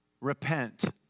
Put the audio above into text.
repent